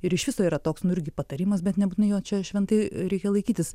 ir iš viso yra toks nu irgi patarimas bet nebūtinai jo čia šventai reikia laikytis